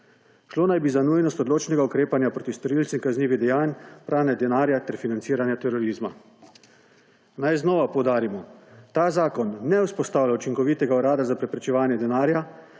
Šlo naj bi za nujnost odločnega ukrepanja proti storilcem kaznivih dejanj pranja denarja ter financiranja terorizma. Naj znova poudarimo, ta zakon ne vzpostavlja učinkovitega urada za preprečevanje pranja